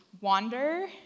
wander